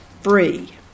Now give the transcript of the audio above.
free